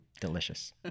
Delicious